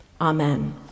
Amen